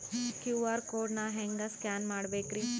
QR code ನಾ ಹೆಂಗ scan ಮಾಡಬೇಕ್ರಿ?